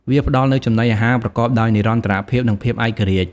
វាផ្តល់នូវចំណីអាហារប្រកបដោយនិរន្តរភាព និងភាពឯករាជ្យ។